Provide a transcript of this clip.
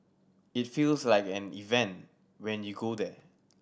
it feels like an event when you go there